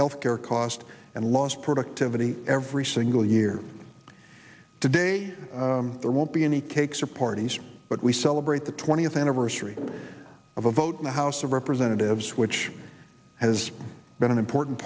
health care costs and lost productivity every single year today there won't be any cakes or parties but we celebrate the twentieth anniversary of a vote in the house of representatives which has been an important